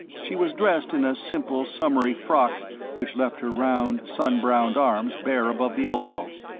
she was dressed in a simple summery frock which left her round, sun-browned arms bare above the elbow,